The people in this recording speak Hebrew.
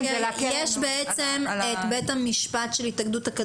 יש בעצם את בית המשפט של התאגדות הכדורגל.